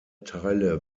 teile